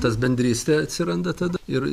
tas bendrystė atsiranda tada ir